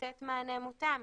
לתת מענה מותאם?